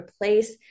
replace